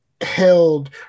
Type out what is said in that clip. held